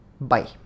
Bye